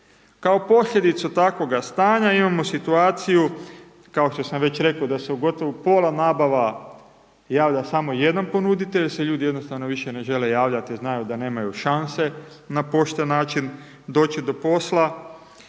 Kao posljedicu takvoga stanja, imamo situaciju, kao što sam već rekao, da su gotovo u pola nabava javlja samo jedan ponuditelj, jer se ljudi jednostavno više ne žele javljati, jer znaju da nemaju šanse na pošten način doći do posla,